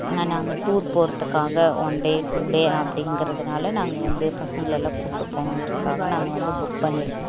நாங்கள் டூர் போகிறதுக்காக one day two day அப்படிங்கிறதுனால நாங்கள் வந்து பசங்களயெல்லாம் கூட்டு போகணுன்றத்துக்காக நாங்கள் வந்து புக் பண்ணியிருந்தோம்